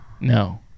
no